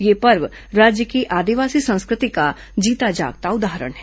यह पर्व राज्य की आदिवासी संस्कृति का जीता जागता उदाहरण है